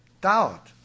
doubt